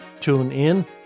TuneIn